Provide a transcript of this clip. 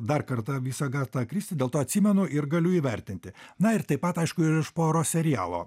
dar kartą visą agatą kristi dėl to atsimenu ir galiu įvertinti na ir taip pat aišku ir iš puaro serialo